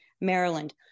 Maryland